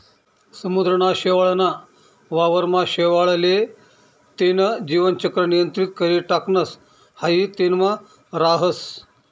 समुद्रना शेवाळ ना वावर मा शेवाळ ले तेन जीवन चक्र नियंत्रित करी टाकणस हाई तेनमा राहस